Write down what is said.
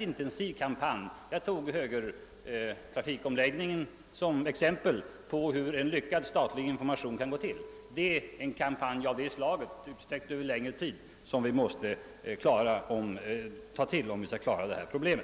intensiv kampanj. Jag tog högertrafikomläggningen som exempel på hur en lyckad statlig information kan läggas upp. Det är en kampanj av det slaget, utsträckt över längre tid, som vi måste ta till om vi skall klara detta problem.